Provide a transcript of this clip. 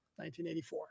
1984